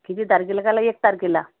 किती तारखेला चालला एक तारखेला